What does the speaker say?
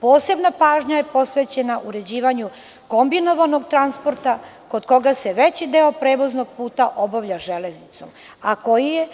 Posebna pažnja je posvećena uređivanju kombinovanog transporta, kod koga se veći deo prevoznog puta obavlja železnicom, a koji je,